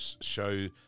show